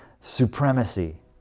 supremacy